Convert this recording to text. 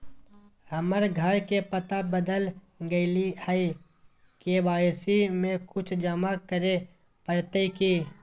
हमर घर के पता बदल गेलई हई, के.वाई.सी में कुछ जमा करे पड़तई की?